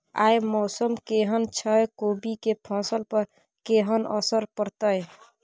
आय मौसम केहन छै कोबी के फसल पर केहन असर परतै?